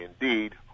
Indeed